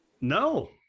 no